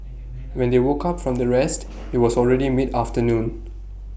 when they woke up from their rest IT was already mid afternoon